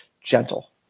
gentle